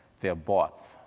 they are bought,